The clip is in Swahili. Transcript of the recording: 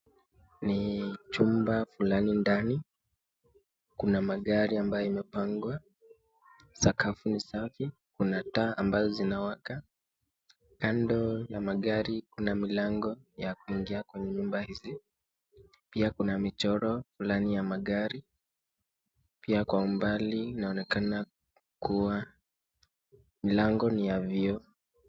Ni chumba fulani ndani, kuna magari ambayo imepangwa, sakafu ni safi, kuna taa ambazo zinawaka, kando na magari, kuna mlango ya kuingia kwa nyumba hizi, pia kuna michoro fulani ya magari, pia kwa umbali inaonekana kuwa mlango ni ya vioo.